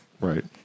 Right